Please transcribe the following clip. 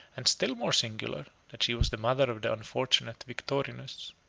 and still more singular, that she was the mother of the unfortunate victorinus.